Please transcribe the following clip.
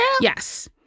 Yes